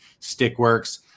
Stickworks